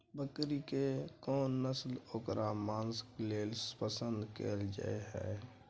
बकरी के कोन नस्ल ओकर मांस के लेल पसंद कैल जाय हय?